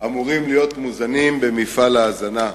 אמורים להיות מוזנים במפעל ההזנה.